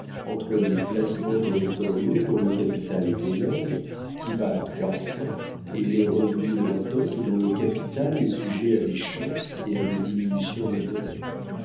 entre les placements territoriaux dont le capital est énorme qui va croissant et les revenus de la dot dont le capital est sujet à des chances et à des diminutions d'intérêt